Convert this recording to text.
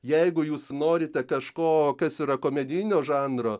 jeigu jūs norite kažko kas yra komedijinio žanro